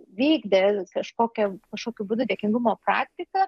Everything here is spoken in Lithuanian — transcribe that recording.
vykdė kažkokią kažkokiu būdu dėkingumo praktiką